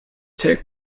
take